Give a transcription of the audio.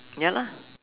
ya lah